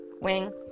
Wing